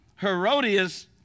Herodias